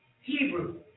Hebrew